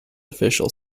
official